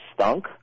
stunk